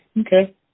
Okay